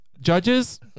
judges